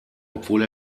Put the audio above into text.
obwohl